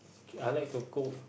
K I like to cook